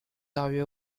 大约